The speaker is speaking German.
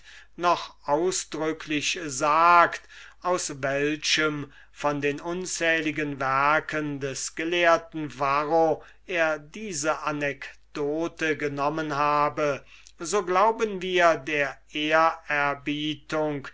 noch ausdrücklich sagt aus welchem von den unzähligen werken des gelehrten varro er diese anekdote genommen habe so glauben wir der